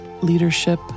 Leadership